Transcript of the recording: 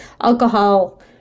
alcohol